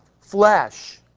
flesh